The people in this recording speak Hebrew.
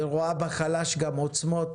ורואה בחלש גם עוצמות,